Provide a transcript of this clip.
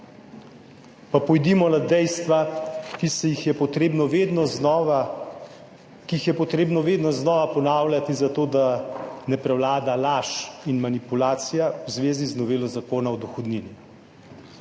Pa pojdimo na dejstva, ki jih je potrebno vedno znova ponavljati zato, da ne prevlada laž in manipulacija v zvezi z novelo Zakona o dohodnini.